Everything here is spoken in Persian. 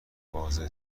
واضح